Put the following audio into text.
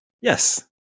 Yes